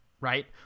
Right